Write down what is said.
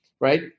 right